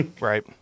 Right